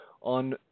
on